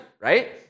right